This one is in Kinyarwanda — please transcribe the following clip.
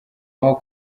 aho